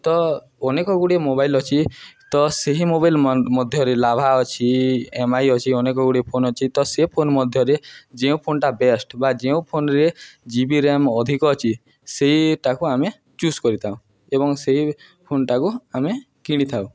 ତ ଅନେକଗୁଡ଼ିଏ ମୋବାଇଲ୍ ଅଛି ତ ସେହି ମୋବାଇଲ୍ ମଧ୍ୟରେ ଲାଭା ଅଛି ଏମ୍ଆଇ ଅଛି ଅନେକଗୁଡ଼ିଏ ଫୋନ୍ ଅଛି ତ ସେ ଫୋନ୍ ମଧ୍ୟରେ ଯେଉଁ ଫୋନ୍ଟା ବେଷ୍ଟ ବା ଯେଉଁ ଫୋନ୍ରେ ଜିବି ରାମ୍ ଅଧିକ ଅଛି ସେଇଟାକୁ ଆମେ ଚୁଜ୍ କରିଥାଉ ଏବଂ ସେଇ ଫୋନ୍ଟାକୁ ଆମେ କିଣିଥାଉ